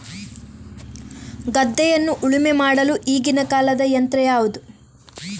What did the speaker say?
ಗದ್ದೆಯನ್ನು ಉಳುಮೆ ಮಾಡಲು ಈಗಿನ ಕಾಲದ ಯಂತ್ರ ಯಾವುದು?